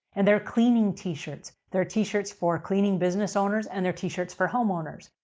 and they're cleaning t-shirts. they're t-shirts for cleaning business owners and they're t-shirts for homeowners.